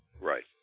Right